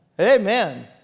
Amen